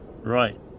right